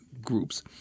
groups